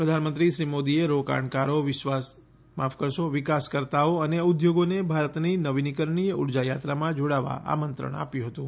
પ્રધાનમંત્રી શ્રી મોદીએ રોકાણકારો વિકાસકર્તાઓ અને ઉધોગોને ભારતની નવીનીકરણીય ઉર્જા યાત્રામાં જોડાવા આમંત્રણ આપ્યું હતું